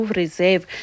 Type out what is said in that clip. reserve